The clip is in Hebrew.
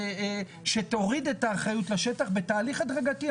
שתוריד את האחריות לשטח בתהליך הדרגתי.